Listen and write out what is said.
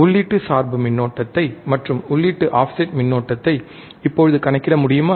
உள்ளீட்டு சார்பு மின்னோட்டத்தை மற்றும் உள்ளீட்டு ஆஃப்செட் மின்னோட்டத்தை இப்போது கணக்கிட முடியுமா